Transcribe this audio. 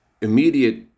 immediate